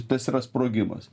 tas yra sprogimas